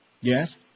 Yes